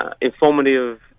informative